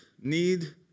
need